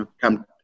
come